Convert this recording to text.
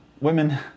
Women